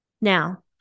Now